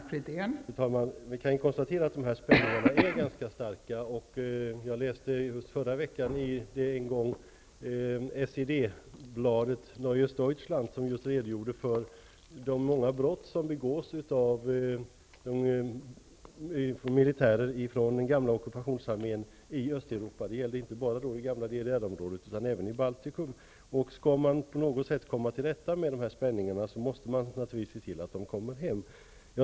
Fru talman! Vi kan konstatera att spänningarna är mycket starka. I förra veckan läste jag i det som en gång var SED-bladet Neues Deutschland, där man redogjorde för de många brott som begås av militärer från den gamla ockupationsarmén i Östeuropa -- det gällde inte bara i det gamla DDR utan även i Baltikum. Om det skall gå att komma till rätta med dessa spänningar, måste man naturligtvis se till att trupperna återvänder hem.